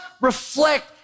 reflect